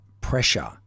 pressure